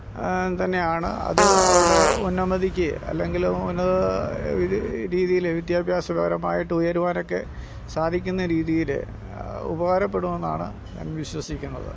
തന്നെയാണ് അത് അവരുടെ ഉന്നമതിക്ക് അല്ലെങ്കിൽ ഉന്നത രീതിയിൽ വിദ്യാഭ്യാസപരമായിട്ട് ഉയരുവാനൊക്കെ സാധിക്കുന്ന രീതിയിൽ ഉപകാരപ്പെടും എന്നാണ് ഞാൻ വിശ്വസിക്കുന്നത്